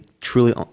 truly